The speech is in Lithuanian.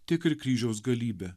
tiek ir kryžiaus galybę